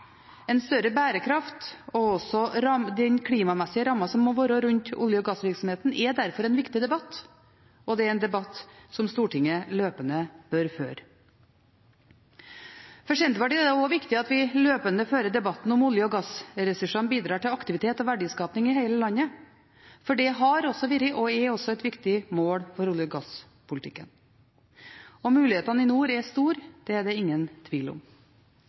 En større bærekraft, og også den klimamessige ramma som må være rundt olje- og gassvirksomheten, er derfor en viktig debatt, og det er en debatt som Stortinget løpende bør føre. For Senterpartiet er det også viktig at vi løpende fører debatten om hvorvidt olje- og gassressursene bidrar til aktivitet og verdiskaping i hele landet, for det har også vært – og er – et viktig mål for olje- og gasspolitikken. Mulighetene i nord er store, det er det ingen tvil om.